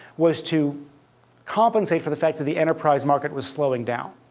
was to compensate for the fact that the enterprise market was slowing down.